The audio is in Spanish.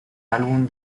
álbum